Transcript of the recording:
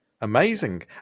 Amazing